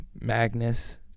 Magnus